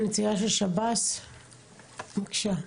נציגה של שב"ס, בבקשה.